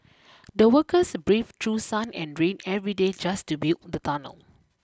the workers braved through sun and rain every day just to build the tunnel